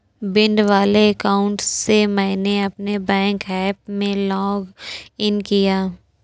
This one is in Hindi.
भिंड वाले अकाउंट से मैंने अपने बैंक ऐप में लॉग इन किया